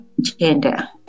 gender